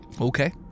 Okay